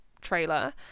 trailer